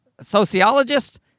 sociologist